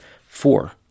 Four